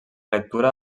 lectura